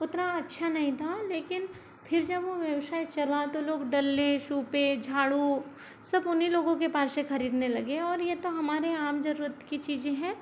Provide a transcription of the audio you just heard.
उतना अच्छा नहीं था लेकिन फिर जब वो व्यवसाय चला तो लोग डल्ले शुपे झाड़ू सब उन्हीं लोगों के पास से खरीदने लगे और ये तो हमारी आम जरूरत की चीज़ें हैं